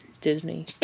Disney